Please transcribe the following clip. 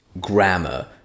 grammar